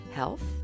Health